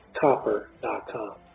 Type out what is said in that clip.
copper.com